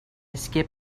skip